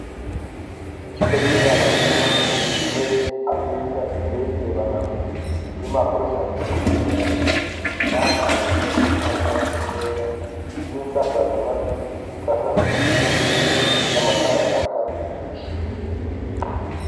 Icyumba cy'inama kirimo intebe, ameza biteye birebana n'impapuro zirambitse ku meza, n'amazi yo kunywa arambitse ku meza n'insakazamajwi, n'insakazamashusho, n'amatara yaka menshi.